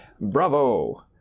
Bravo